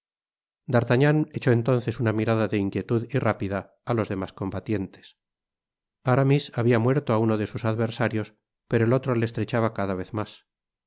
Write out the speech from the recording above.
d'artagnan echó entonces una mirada de inquietud y rápida á los demás combatientes aramis habia muerto á uno de sus adversarios pero el otro le estrechaba cada vez mas